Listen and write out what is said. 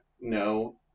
no